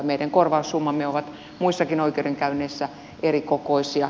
meidän korvaussummamme ovat muissakin oikeudenkäynneissä erikokoisia